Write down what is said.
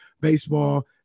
baseball